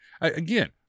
again